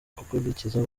gukurikiza